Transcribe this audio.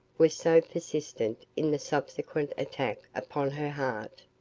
was so persistent in the subsequent attack upon her heart,